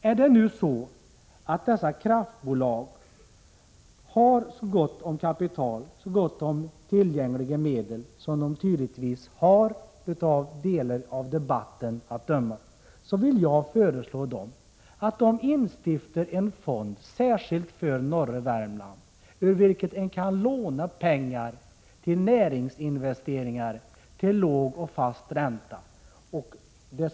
Är det nu så att dessa kraftbolag har så gott om tillgängliga medel som de tydligen har, av delar av debatten att döma, så vill jag föreslå att de instiftar en fond särskilt för norra Värmland, ur vilken man kan låna pengar för näringsinvesteringar till låg och fast ränta.